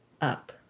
up